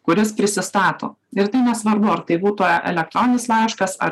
kuris prisistato ir tai nesvarbu ar tai būtų elektroninis laiškas ar